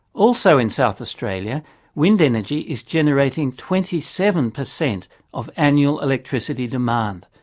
also in south australia wind energy is generating twenty seven per cent of annual electricity demand.